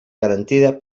garantida